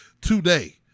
today